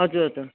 हजुर हजुर